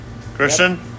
Christian